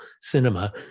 cinema